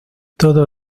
todo